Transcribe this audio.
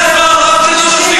לא טוב לך?